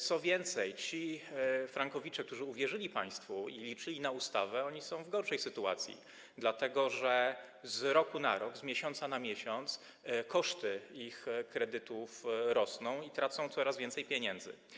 Co więcej, ci frankowicze, którzy uwierzyli państwu i liczyli na ustawę, są w gorszej sytuacji, dlatego że z roku na rok, z miesiąca na miesiąc koszty ich kredytów rosną i tracą oni coraz więcej pieniędzy.